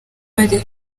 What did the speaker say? bari